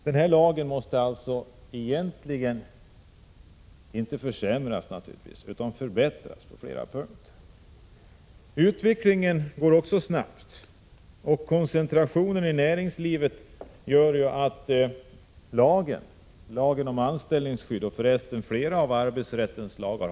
Men lagen om anställningsskydd får naturligtvis inte försämras, utan måste förbättras på flera punkter. Utvecklingen går dock snabbt, och koncentrationen i näringslivet medför problem vid tillämpningen av lagen om anställningsskydd, liksom för övrigt också i vad gäller flera andra av arbetsrättslagarna.